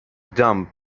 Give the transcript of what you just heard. dumb